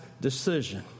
decision